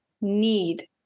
need